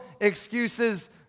excuses